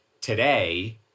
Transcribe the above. today